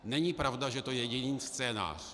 Není pravda, že to je její scénář.